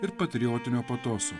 ir patriotinio patoso